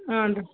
ಹ್ಞೂ ರೀ